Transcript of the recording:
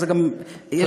תודה.